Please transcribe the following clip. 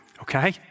Okay